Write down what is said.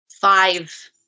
five